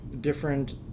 different